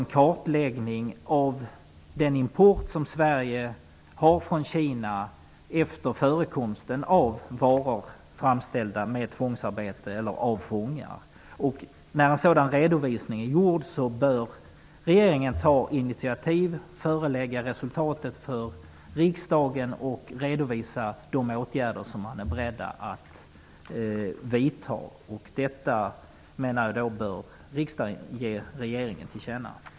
En kartläggning bör också göras av den import som Sverige haft från Kina efter förekomsten av varor framställda med tvångsarbete. När en sådan redovisning är gjord bör regeringen ta initiativ, förelägga resultatet för riksdagen och redovisa de åtgärder som man är beredd att vidta. Detta bör riksdagen ge regeringen till känna.